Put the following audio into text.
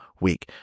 week